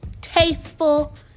tasteful